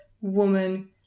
woman